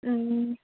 ꯎꯝ